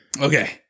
Okay